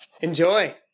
Enjoy